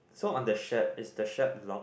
so on the shirt is the shirt long